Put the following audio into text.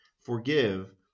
Forgive